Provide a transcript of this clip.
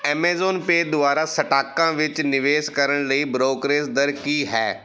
Amazon pay ਦੁਆਰਾ ਸਟਾਕਾਂ ਵਿੱਚ ਨਿਵੇਸ਼ ਕਰਨ ਲਈ ਬ੍ਰੋਕਰੇਜ ਦਰ ਕੀ ਹੈ